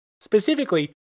Specifically